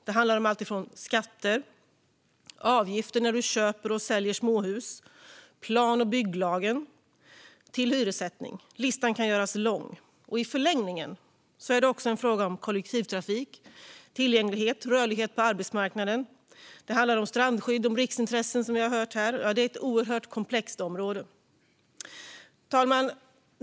Det handlar om alltifrån skatter till avgifter när du köper och säljer småhus, plan och bygglagen och hyressättningen. Listan kan göras lång. I förlängningen är det också en fråga om kollektivtrafik, tillgänglighet och rörlighet på arbetsmarknaden. Det handlar även om strandskydd och riksintressen, vilket vi har hört om här. Detta är ett oerhört komplext område. Fru talman!